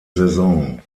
saison